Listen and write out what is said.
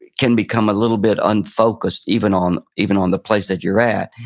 can become a little bit unfocused, even on even on the place that your at,